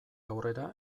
aurrera